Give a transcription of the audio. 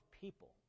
people